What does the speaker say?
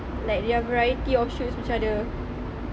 like their variety of shoes macam ada